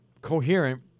coherent